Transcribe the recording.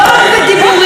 לא רק בסיסמאות.